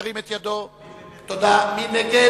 סעיף 37 כהצעת הוועדה, סעיף